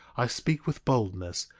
i speak with boldness,